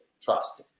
trust